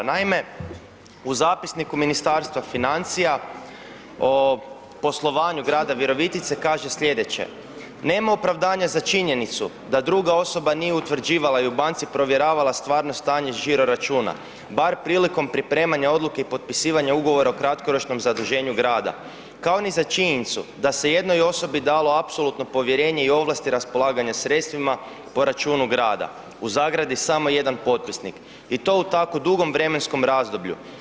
Naime, u zapisniku Ministarstva financija o poslovanju grada Virovitice, kaže slijedeće, nema opravdanja za činjenicu da druga osoba nije utvrđivala i u banci provjeravala stvarno stanje žiro računa, bar prilikom pripremanja odluke i potpisivanja ugovora o kratkoročnom zaduženju grada, kao ni za činjenicu da se jednoj osobi dalo apsolutno povjerenje i ovlasti raspolaganja sredstvima po računu grada, u zagradi, samo jedan potpisnik, i to u tako dugom vremenskom razdoblju.